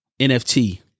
NFT